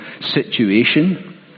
situation